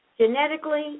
Genetically